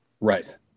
Right